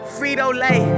Frito-lay